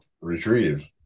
retrieve